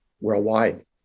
worldwide